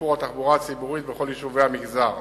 לשיפור התחבורה הציבורית בכל יישובי המגזר.